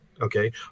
Okay